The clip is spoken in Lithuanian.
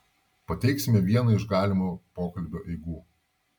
pateiksime vieną iš galimo pokalbio eigų